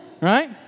right